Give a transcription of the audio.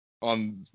on